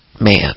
man